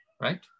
right